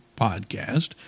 podcast